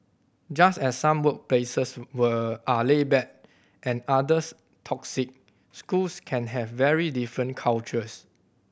just as some workplaces were are laid back and others toxic schools can have very different cultures